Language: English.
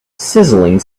sizzling